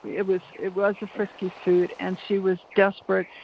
it was it was a friskies food and she was desperate.